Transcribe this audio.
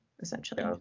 essentially